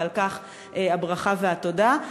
ועל כך הברכה והתודה.